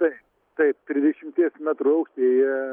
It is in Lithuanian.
tai taip trisdešimties metrų aukštyje jie